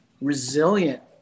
resilient